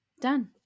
Done